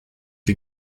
the